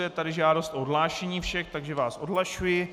Je tady žádost o odhlášení všech, takže vás odhlašuji.